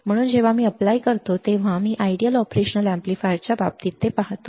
म्हणून जेव्हा मी एप्लाय करतो जेव्हा मी आदर्श ऑपरेशन एम्पलीफायरच्या बाबतीत ते पाहतो